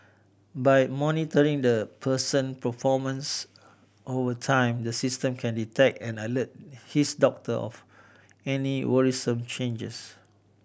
by monitoring the person performance over time the system can detect and alert his doctor of any worrisome changes